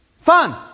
fun